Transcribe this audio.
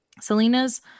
selena's